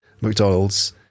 McDonald's